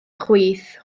chwith